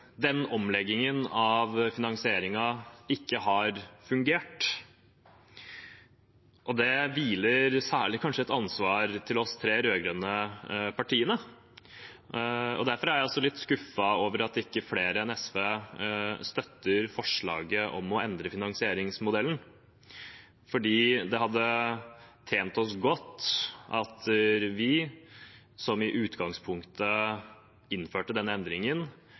den omleggingen av finansieringen ikke har fungert. Det hviler kanskje et særlig ansvar på oss tre rød-grønne partier. Derfor er jeg også litt skuffet over at ikke flere enn SV støtter forslaget om å endre finansieringsmodellen, for det hadde tjent oss godt at vi, som i utgangspunktet innførte den endringen,